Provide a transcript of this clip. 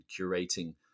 curating